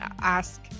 ask